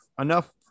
enough